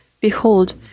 Behold